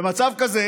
במצב כזה